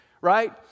right